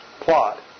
plot